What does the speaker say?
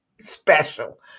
special